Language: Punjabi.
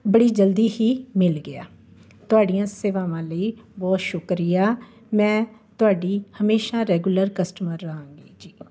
ਬੜੀ ਜਲਦੀ ਹੀ ਮਿਲ ਗਿਆ ਤੁਹਾਡੀਆਂ ਸੇਵਾਵਾਂ ਲਈ ਬਹੁਤ ਸ਼ੁਕਰੀਆ ਮੈਂ ਤੁਹਾਡੀ ਹਮੇਸ਼ਾਂ ਰੈਗੂਲਰ ਕਸਟਮਰ ਰਹਾਂਗੀ ਜੀ